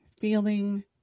feeling